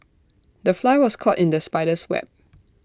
the fly was caught in the spider's web